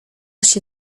się